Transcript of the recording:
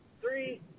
Three